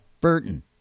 Burton